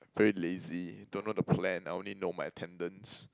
very lazy don't know the plan I only know my attendance